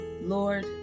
Lord